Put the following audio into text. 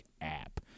app